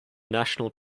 national